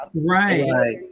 Right